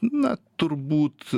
na turbūt